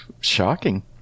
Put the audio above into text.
shocking